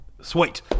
Sweet